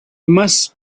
must